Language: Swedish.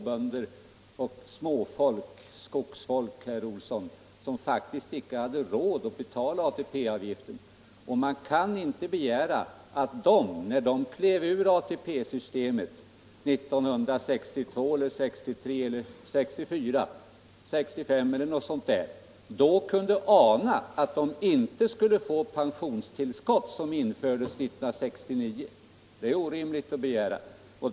småbönder och skogsfolk, som faktiskt inte hade råd att betala ATP-avgiften. Det är orimligt att begära att de, när de gick ur ATP-systemet 1962, 1963 eller 1964, skulle kunna ana att de inte skulle få pensionstillskott, som infördes 1969.